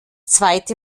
zweite